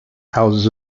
houses